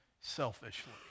selfishly